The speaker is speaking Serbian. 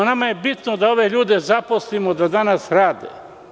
Nama je bitno da ove ljude zaposlimo da danas rade.